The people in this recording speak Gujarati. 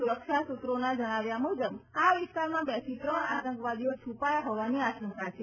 સુરક્ષા સૂત્રોના જણાવ્યા મુજબ આ વિસ્તારમાં બેથી ત્રણ આતંકવાદીઓ છૂપાયા હોવાની આશંકા છે